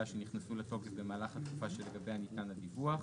שנכנסו לתוקף במהלך התקופה שלגביה ניתן הדיווח.